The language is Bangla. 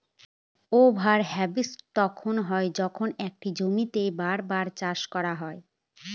ওভার হার্ভেস্টিং তখন হয় যখন একটা জমিতেই বার বার চাষ করা হয়